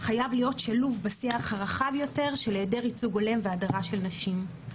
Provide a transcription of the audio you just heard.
חייב להיות שלוב בשיח הרחב יותר של העדר ייצוג הולם והדרה של נשים.